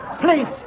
Please